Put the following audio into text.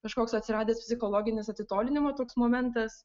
kažkoks atsiradęs psichologinis atitolinimo toks momentas